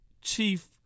chief